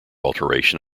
alteration